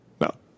No